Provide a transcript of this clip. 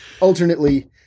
alternately